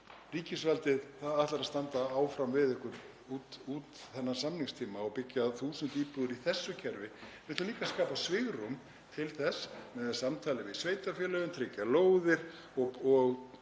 ríkisvaldið ætlar að standa áfram með ykkur út þennan samningstíma og byggja 1.000 íbúðir í þessu kerfi. Við ætlum líka að skapa svigrúm til þess, með samtali við sveitarfélögin, að tryggja lóðir og